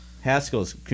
Haskell's